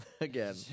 again